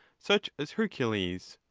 such as hercules,